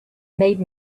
made